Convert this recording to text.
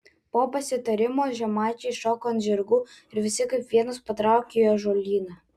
po pasitarimo žemaičiai šoko ant žirgų ir visi kaip vienas patraukė į ąžuolyną